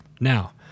Now